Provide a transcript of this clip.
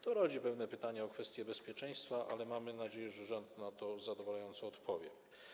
To rodzi pytania o kwestie bezpieczeństwa, ale mamy nadzieję, że rząd na to zadowalająco odpowie.